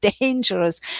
dangerous